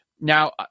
Now